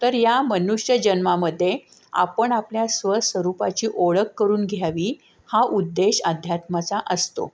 तर या मनुष्यजन्मामध्ये आपण आपल्या स्व स्वरूपाची ओळख करून घ्यावी हा उद्देश अध्यात्माचा असतो